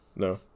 no